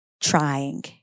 trying